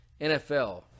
NFL